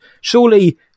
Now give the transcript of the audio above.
Surely